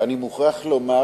ואני מוכרח לומר